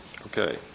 Okay